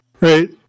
right